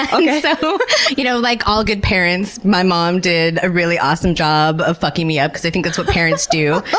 ah and so you know, like all good parents, my mom did a really awesome job of fucking me up because i think that's what parents do,